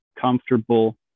comfortable